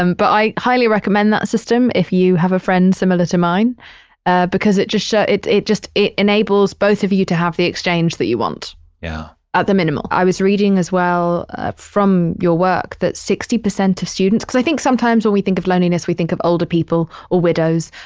um but i highly recommend that system if you have a friend similar to mine ah because it just, yeah it it just, it enables both of you to have the exchange that you want yeah at ah the minimal. i was reading as well from your work that sixty percent of students. i think sometimes when we think of loneliness, we think of older people or widows,